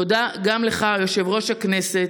תודה גם לך, יושב-ראש הכנסת,